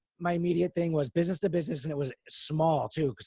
my immediate thing was business to business and it was small too,